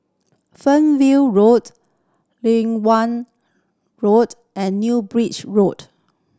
Fernvale Road Road and New Bridge Road